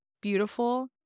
beautiful